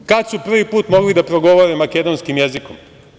Kada su prvi put mogli da progovore makedonskim jezikom?